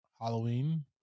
Halloween